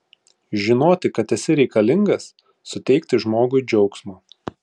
žinoti kad esi reikalingas suteikti žmogui džiaugsmo